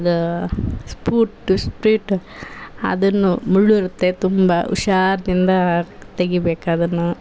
ಅದು ಸ್ಪ್ರುಟ್ ಸ್ಪ್ರಿಟ್ ಅದನ್ನು ಮುಳ್ಳು ಇರುತ್ತೆ ತುಂಬ ಹುಷಾರ್ದಿಂದ ತೆಗಿಬೇಕು ಅದನ್ನು